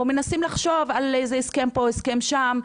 או מנסים לחשוב על הסכם פה והסכם שם,